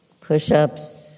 push-ups